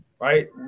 right